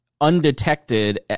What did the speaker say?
undetected